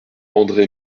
andre